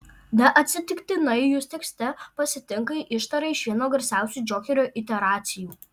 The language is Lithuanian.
neatsitiktinai jus tekste pasitinka ištara iš vieno garsiausių džokerio iteracijų